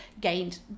gained